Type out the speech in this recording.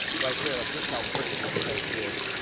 right there of just how pretty this coach is.